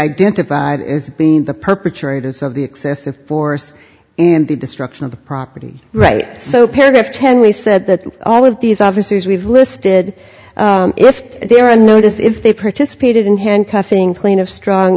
identified as being the perpetrators of the excessive force and the destruction of the property right so paragraph ten we said that all of these officers we've listed if they were on notice if they participated in handcuffing plain of strong